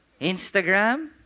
Instagram